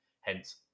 Hence